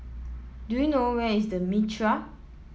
do you know where is The Mitraa